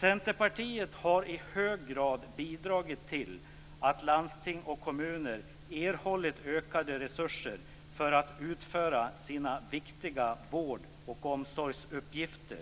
Centerpartiet har i hög grad bidragit till att landsting och kommuner erhållit ökade resurser för att utföra sina viktiga vård och omsorgsuppgifter.